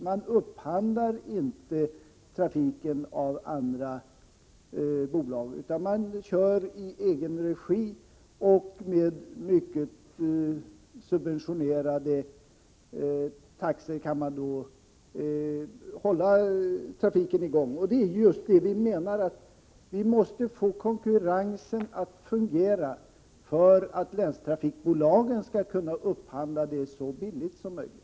Man upphandlar inte trafiken av andra bolag, utan man kör i egen regi, och med mycket subventionerade taxor kan man då hålla trafiken i gång. Vi menar att man måste få till stånd konkurrens för att länstrafikbolagen skall kunna upphandla trafiken så billigt som möjligt.